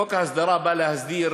חוק ההסדרה בא להסדיר